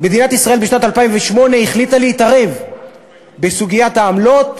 מדינת ישראל בשנת 2008 החליטה להתערב בסוגיית העמלות,